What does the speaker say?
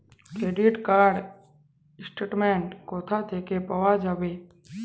Credit card র statement কোথা থেকে পাওয়া যাবে?